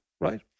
right